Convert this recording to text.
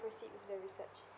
proceed with the research